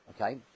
Okay